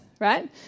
right